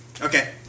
Okay